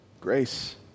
grace